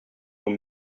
aux